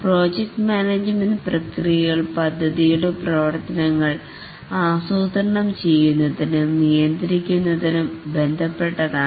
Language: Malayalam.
പ്രോജക്റ്റ് മാനേജ്മെൻറ് പ്രക്രിയകൾ പദ്ധതിയുടെ പ്രവർത്തനങ്ങൾ ആസൂത്രണം ചെയ്യുന്നതിനും നിയന്ത്രിക്കുന്നതിനും ബന്ധപ്പെട്ടതാണ്